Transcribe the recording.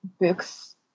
Books